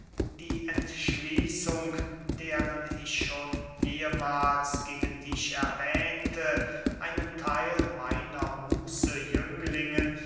die entschließung deren ich ehemahls gegen dich erwähnte einen theil meiner